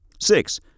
Six